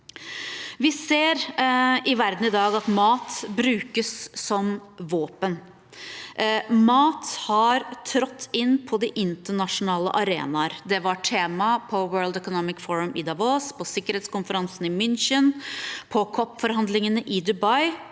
Vi ser i verden i dag at mat brukes som våpen. Mat har trådt inn på internasjonale arenaer. Det var tema på World Economic Forum i Davos, på sikkerhetskonferansen i München og på COP-forhandlingene i Dubai.